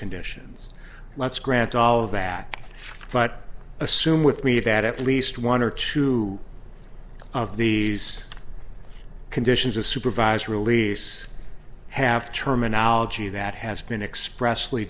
conditions let's grant all of that but assume with me that at least one or two of these conditions of supervised release have terminology that has been express